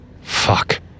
Fuck